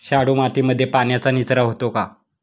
शाडू मातीमध्ये पाण्याचा निचरा होतो का?